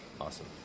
Awesome